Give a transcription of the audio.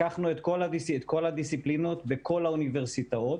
לקחנו את כל הדיסציפלינות בכל האוניברסיטאות